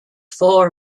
four